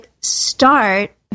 start